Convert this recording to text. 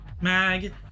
Mag